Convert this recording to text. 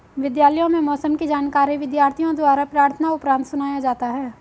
विद्यालयों में मौसम की जानकारी विद्यार्थियों द्वारा प्रार्थना उपरांत सुनाया जाता है